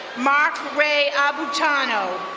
mark ray abutano,